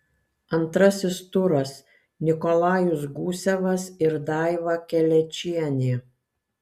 antrasis turas nikolajus gusevas ir daiva kelečienė